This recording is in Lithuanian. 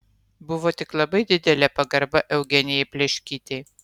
buvo tik labai didelė pagarba eugenijai pleškytei